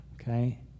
okay